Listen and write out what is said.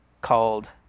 called